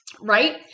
right